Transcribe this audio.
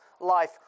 life